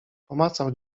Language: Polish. pomacał